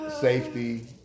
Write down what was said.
safety